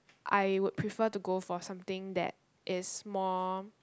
I would prefer to go for something that is more